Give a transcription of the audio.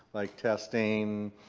like testing,